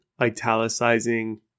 italicizing